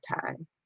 time